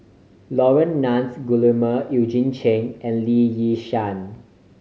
Laurence Nunns Guillemard Eugene Chen and Lee Yi Shyan